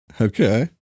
Okay